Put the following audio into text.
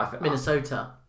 Minnesota